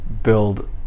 Build